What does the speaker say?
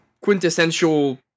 quintessential